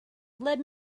led